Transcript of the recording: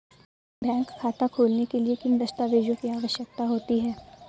Bank खाता खोलने के लिए किन दस्तावेजों की आवश्यकता होती है?